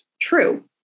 True